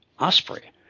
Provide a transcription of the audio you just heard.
Osprey